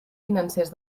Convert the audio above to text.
financers